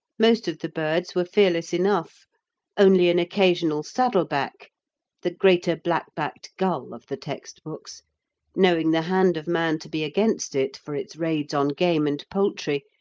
most of the birds were fearless enough only an occasional saddleback the greater black-backed gull of the text-books knowing the hand of man to be against it for its raids on game and poultry,